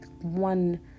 one